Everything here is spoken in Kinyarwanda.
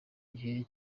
gihe